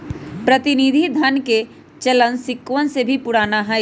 प्रतिनिधि धन के चलन सिक्कवन से भी पुराना हई